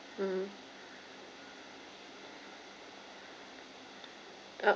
mm uh